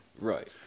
Right